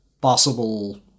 possible